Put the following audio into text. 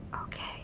Okay